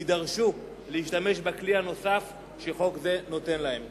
יידרשו להשתמש בכלי הנוסף שחוק זה נותן להם.